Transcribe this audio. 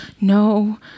no